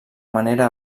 manera